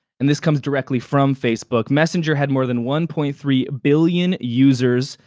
and this comes directly from facebook, messenger had more than one point three billion users.